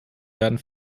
werden